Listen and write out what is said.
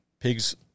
Pigs